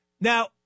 Now